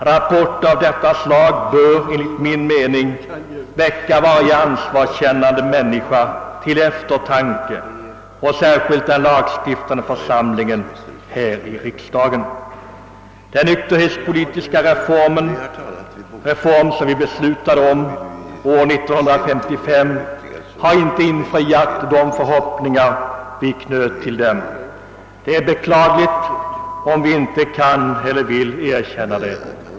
Rapporter av detta slag bör enligt min mening väcka varje ansvarskännande människa och särskilt den lagstiftande församlingen till eftertanke. De förhoppningar vi knöt till den nykterhetspolitiska reform, som vi beslutade om år 1955, har inte infriats. Det är beklagligt, om vi inte kan eller vill erkänna det.